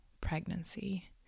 pregnancy